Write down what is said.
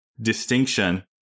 distinction